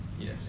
Yes